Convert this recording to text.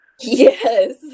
yes